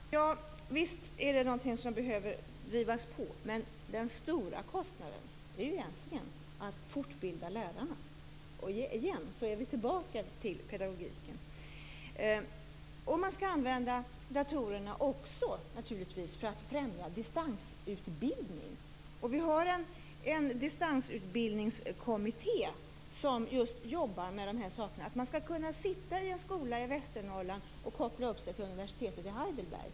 Herr talman! Visst är det något som behöver drivas på, men den stora kostnaden är egentligen att fortbilda lärarna. Vi är tillbaka till pedagogiken. Man skall naturligtvis också använda datorerna för att främja distansutbildning. Vi har en distansutbildningskommitté som just jobbar med de frågorna. Man skall kunna sitta i en skola i Västernorrland och koppla upp sig till universitetet i Heidelberg.